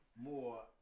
more